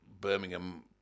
Birmingham